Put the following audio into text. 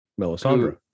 Melisandre